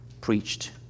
preached